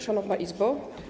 Szanowna Izbo!